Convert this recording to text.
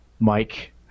mike